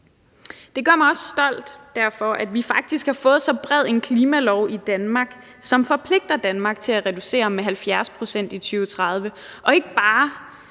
Det gør mig derfor også stolt, at vi faktisk har fået så bred en klimalov i Danmark, som forpligter Danmark til at reducere med 70 pct. i 2030, og at der